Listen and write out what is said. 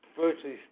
virtually